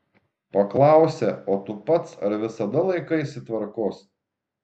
paklausę o tu pats ar visada laikaisi tvarkos